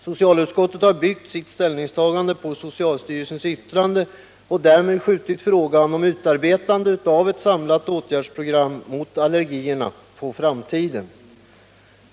Socialutskottet har byggt sitt ställningstagande på socialstyrelsens yttrande och därmed skjutit frågan om utarbetande av ett samlat åtgärdsprogram mot allergierna på framtiden.